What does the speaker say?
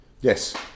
Yes